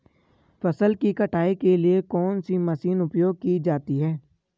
फसल की कटाई के लिए कौन सी मशीन उपयोग की जाती है?